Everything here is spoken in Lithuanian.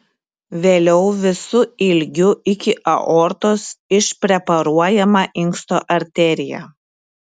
vėliau visu ilgiu iki aortos išpreparuojama inksto arterija